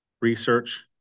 research